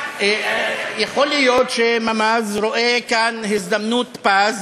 יכול להיות שממ"ז רואה כאן הזדמנות פז